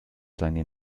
seine